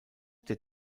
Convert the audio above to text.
der